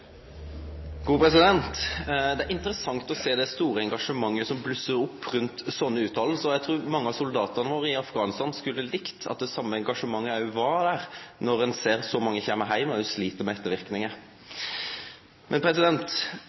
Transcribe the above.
interessant å sjå det store engasjementet som blussar opp rundt slike utsegner. Eg trur mange av soldatane våre i Afghanistan skulle ha likt at det same engasjementet òg var der når ein ser så mange kjem heim og slit med